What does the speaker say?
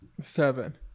Seven